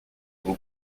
aux